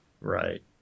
right